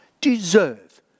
deserve